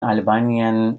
albanien